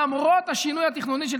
למרות השינוי התכנוני של תמ"א 1,